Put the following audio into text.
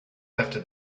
after